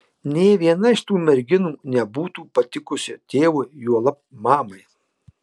nė viena iš tų merginų nebūtų patikusi tėvui juolab mamai